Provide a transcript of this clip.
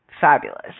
fabulous